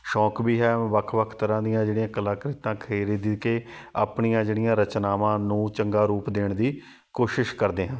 ਸ਼ੌਕ ਵੀ ਹੈ ਵੱਖ ਵੱਖ ਤਰ੍ਹਾਂ ਦੀਆਂ ਜਿਹੜੀਆਂ ਕਲਾ ਕ੍ਰਿਤਾਂ ਖਰੀਦ ਕਿ ਆਪਣੀਆਂ ਜਿਹੜੀਆਂ ਰਚਨਾਵਾਂ ਨੂੰ ਚੰਗਾ ਰੂਪ ਦੇਣ ਦੀ ਕੋਸ਼ਿਸ਼ ਕਰਦੇ ਹਾਂ